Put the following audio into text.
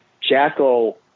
Jackal